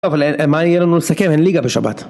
אבל מה יהיה לנו לסכם אין ליגה בשבת